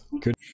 good